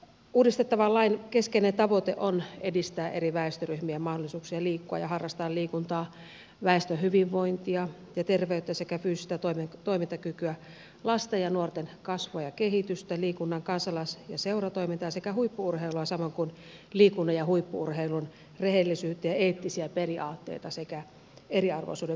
uudistettavan lain keskeinen tavoite on edistää eri väestöryhmien mahdollisuuksia liikkua ja harrastaa liikuntaa väestön hyvinvointia ja terveyttä sekä fyysistä toimintakykyä lasten ja nuorten kasvua ja kehitystä liikunnan kansalais ja seuratoimintaa sekä huippu urheilua samoin kuin liikunnan ja huippu urheilun rehellisyyttä ja eettisiä periaatteita sekä eriarvoisuuden vähentämistä liikunnassa